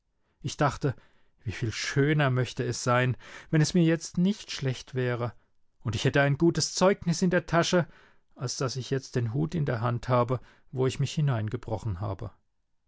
ich dachte wieviel schöner möchte es sein wenn es mir jetzt nicht schlecht wäre und ich hätte ein gutes zeugnis in der tasche als daß ich jetzt den hut in der hand habe wo ich mich hineingebrochen habe